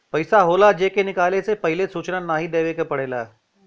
पइसा होला जे के निकाले से पहिले सूचना नाही देवे के पड़ेला